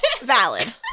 Valid